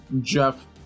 Jeff